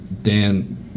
Dan